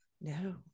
No